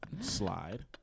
slide